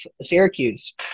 Syracuse